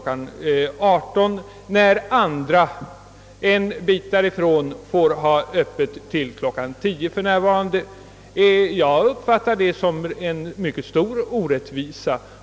19 — när andra affärsinnehavare ett stycke därifrån får ha öppet till kl. 22. Det uppfattar jag som en stor orättvisa.